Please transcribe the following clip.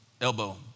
elbow